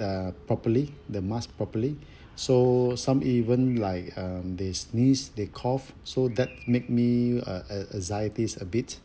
uh properly the mask properly so some even like um they sneeze they cough so that make me uh uh anxiety a bit